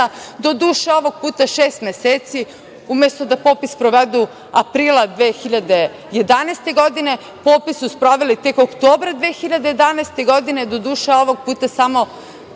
doduše ovog puta šest meseci. Umesto da popis sprovedu aprila 2011. godine popis su sproveli tek oktobra 2011. godine, doduše ovoga puta samo